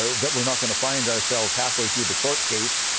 that we're not going to find ourselves half-way through the court case,